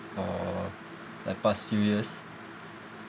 for the past few years